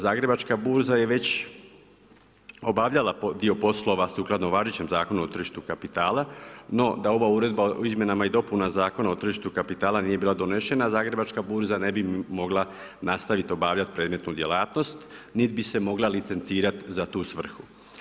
Zagrebačka burza je već obavljala dio poslova sukladno važećem Zakonu o tržištu kapitala, no da ova Uredba o izmjenama i dopunama Zakona o tržištu kapitala nije bila donešena Zagrebačka burza ne bi mogla nastavit obavljat predmetnu djelatnost nit bi se mogla licencirat za tu svrhu.